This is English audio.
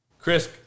Chris